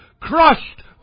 crushed